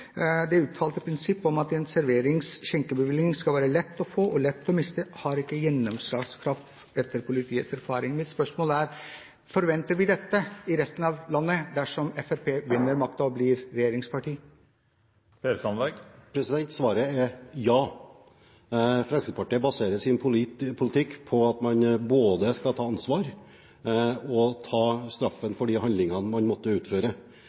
skal være lett å få og lett å miste har ikke gjennomslagskraft, etter politiets erfaring. Mitt spørsmål er: Forventer vi dette i resten av landet dersom Fremskrittspartiet vinner makten og blir regjeringsparti? Svaret er ja. Fremskrittspartiet baserer sin politikk på at man både skal ta ansvar og ta straffen for de handlinger man måtte utføre.